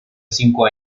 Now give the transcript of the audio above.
cinco